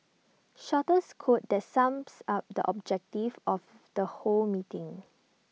shortest quote that sums up the objective of the whole meeting